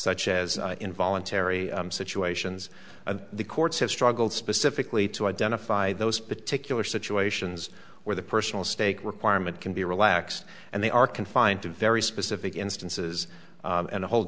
such as involuntary situations and the courts have struggled specifically to identify those particular situations where the personal stake requirement can be relaxed and they are confined to very specific instances and a whole